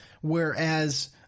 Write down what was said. whereas